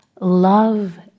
love